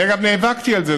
אני, אגב, נאבקתי על זה.